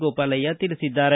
ಗೋಪಾಲಯ್ಯ ತಿಳಿಸಿದ್ದಾರೆ